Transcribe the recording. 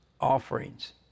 offerings